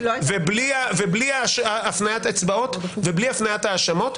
בלי הפניית אצבעות ובלי הפניית האשמות,